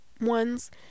ones